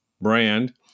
brand